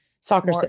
Soccer